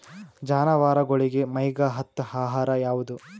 ಜಾನವಾರಗೊಳಿಗಿ ಮೈಗ್ ಹತ್ತ ಆಹಾರ ಯಾವುದು?